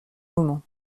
moment